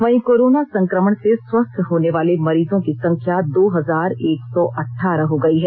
वहीं कोरोना संकमण से स्वस्थ होने वाले मरीजों की संख्या दो हजार एक सौ अट्ठारह हो गयी है